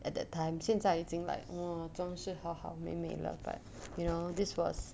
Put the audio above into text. at that time 现在已经 like !wah! 装饰好好美美了 but you know this was